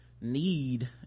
need